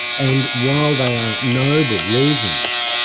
and while they are noble reasons,